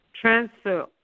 Transfer